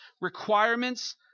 requirements